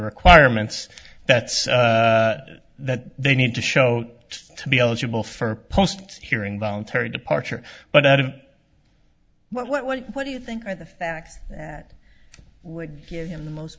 requirements that's that they need to show to be eligible for post hearing voluntary departure but out of what do you think are the facts that would give him the most